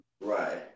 Right